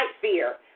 fear